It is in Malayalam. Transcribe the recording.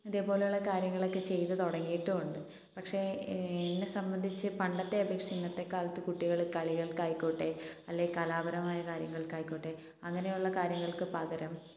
ഇതുപോലെയുള്ള കാര്യങ്ങളൊക്കെ ചെയ്ത് തുടങ്ങീട്ടുമുണ്ട് പക്ഷേ എന്നെ സംബന്ധിച്ച് പണ്ടത്തെ അപേക്ഷിച്ച് ഇന്നത്തെ കാലത്ത് കുട്ടികൾ കളികൾക്കായിക്കോട്ടെ അല്ലെ കലാപരമായ കാര്യങ്ങൾക്കായിക്കോട്ടെ അങ്ങനെയൊള്ള കാര്യങ്ങൾക്ക് പകരം